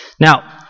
Now